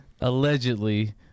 allegedly